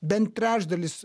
bent trečdalis